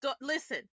listen